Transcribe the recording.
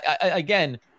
again